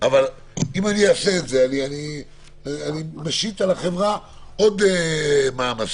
אבל אם אעשה את זה אני משית על החברה עוד מעמסה.